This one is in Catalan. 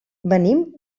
venim